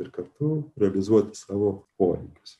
ir kartu realizuoti savo poreikius